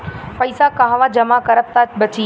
पैसा कहवा जमा करब त बची?